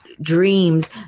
dreams